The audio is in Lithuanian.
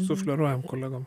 sufleruojam kolegom